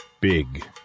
Big